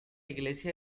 iglesia